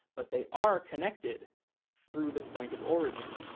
but they are connected through the point of origin.